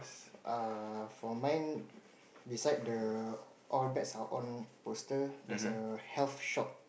err for mine beside the all bets are on poster there's a health shop